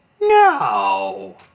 No